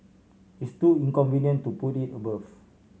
it's too inconvenient to put it above